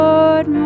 Lord